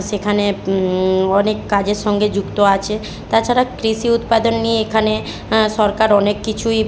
সেখানে অনেক কাজের সঙ্গে যুক্ত আছে তাছাড়া কৃষি উৎপাদন নিয়ে এখানে সরকার অনেক কিছুই